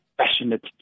passionate